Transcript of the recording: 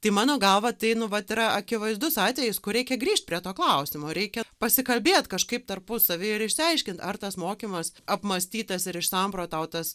tai mano galva tai nu vat yra akivaizdus atvejis kur reikia grįžt prie to klausimo reikia pasikalbėt kažkaip tarpusavy ir išsiaiškint ar tas mokymas apmąstytas ir išsamprotautas